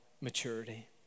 maturity